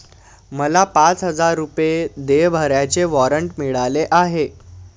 मला पाच हजार रुपये देय भरण्याचे वॉरंट मिळाले आहे